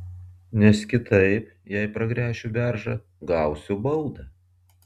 nes kitaip jei pragręšiu beržą gausiu baudą